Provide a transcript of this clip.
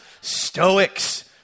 stoics